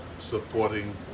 supporting